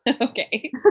Okay